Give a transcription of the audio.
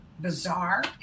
bizarre